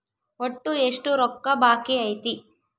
ಒಟ್ಟು ಎಷ್ಟು ರೊಕ್ಕ ಬಾಕಿ ಐತಿ?